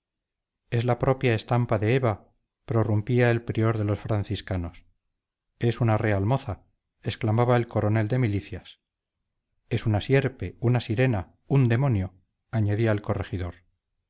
es la propia estampa de eva prorrumpía el prior de los franciscanos es una real moza exclamaba el coronel de milicias es una sierpe una sirena un demonio añadía el corregidor